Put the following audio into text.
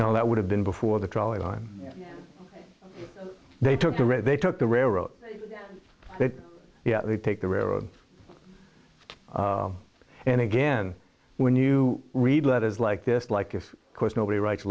know that would have been before the trolley line they took the right they took the railroad they take the railroad and again when you read letters like this like of course nobody writes